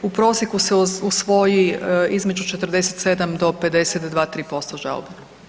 U prosjeku se usvoji između 47 do 52, 53% žalbe.